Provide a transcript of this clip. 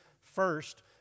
first